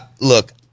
Look